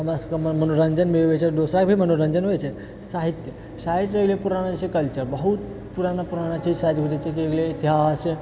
हमरासबके मनोरञ्जन भी होइ छै दोसराके भी मनोरञ्जन होइ छै साहित्य साहित्य हो गेलै पुराना जैसे कल्चर बहुत पुराना पुराना चीज जैसे हो गेलै ईतिहास